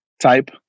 type